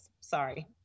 Sorry